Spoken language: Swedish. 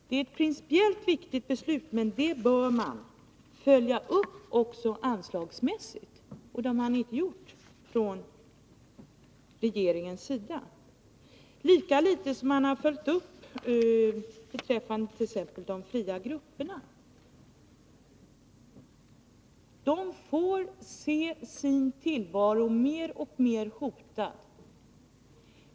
Det är ett principiellt viktigt beslut, men det bör man följa upp också anslagsmässigt, och det har regeringen inte gjort, lika litet som man anslagsmässigt följt upp inställningen till t.ex. de fria grupperna. De får se sin tillvaro mer och mer hotad.